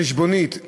חשבונית,